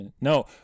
No